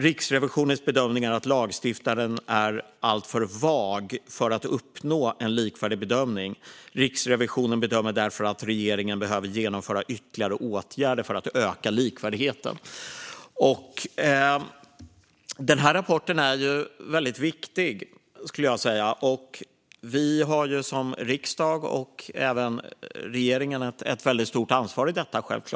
Riksrevisionens bedömning är att lagstiftningen är alltför vag för att uppnå en likvärdig bedömning. Riksrevisionen bedömer därför att regeringen behöver genomföra ytterligare åtgärder för att öka likvärdigheten." Den här rapporten är väldigt viktig. Både vi i riksdagen och regeringen har självklart ett väldigt stort ansvar i detta.